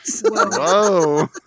Whoa